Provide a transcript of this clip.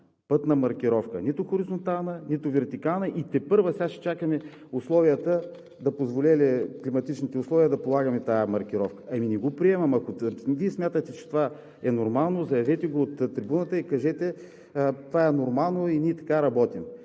пътна маркировка – нито хоризонтална, нито вертикална и тепърва сега ще чакаме климатичните условия да позволят да полагаме тази маркировка?! Ами не го приемам. Ако Вие смятаме, че това е нормално, заявете го от трибуната и кажете: това е нормално и ние така работим.